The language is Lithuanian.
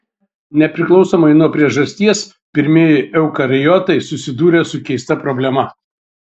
nepriklausomai nuo priežasties pirmieji eukariotai susidūrė su keista problema